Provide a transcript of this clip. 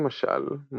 למשל,